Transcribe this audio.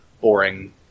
boring